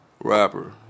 rapper